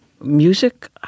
Music